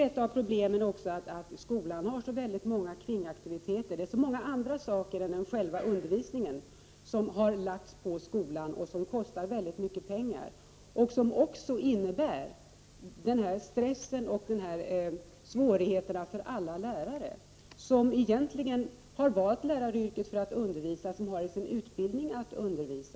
Ett av problemen är också att skolan har så många kringaktiviteter; det är så många andra saker än själva undervisningen som lagts på skolan och som kostar väldigt mycket pengar. Det innebär också stress och svårigheter för alla lärare, som egentligen har valt läraryrket för att undervisa och som är utbildade för att undervisa.